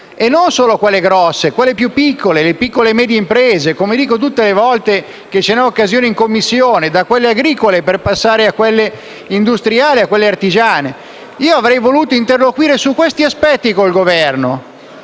e non solo quelle grandi ma quelle più piccole, le piccole e medie imprese, come dico tutte le volte che ce n'è occasione in Commissione: da quelle agricole per passare a quelle industriali e a quelle artigiane. Io avrei voluto interloquire su questi aspetti con il Governo,